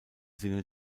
sinne